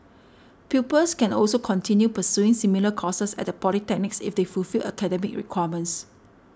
pupils can also continue pursuing similar courses at the polytechnics if they fulfil academic requirements